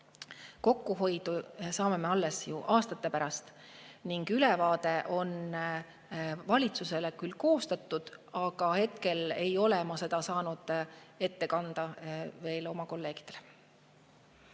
Kokkuhoidu saame me alles ju aastate pärast. Ülevaade on valitsusele küll koostatud, aga hetkel ei ole ma saanud seda veel oma kolleegidele